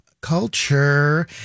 culture